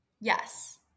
Yes